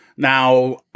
Now